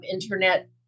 internet